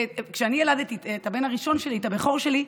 כשאני ילדתי את הבן הראשון שלי, את הבכור שלי,